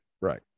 right